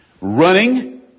running